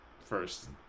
first